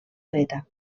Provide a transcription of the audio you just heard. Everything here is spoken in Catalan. dreta